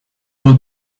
will